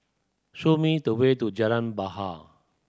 show me the way to Jalan Bahar